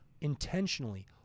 intentionally